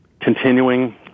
continuing